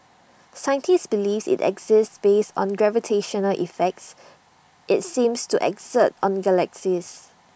scientists believes IT exists based on gravitational effects IT seems to exert on galaxies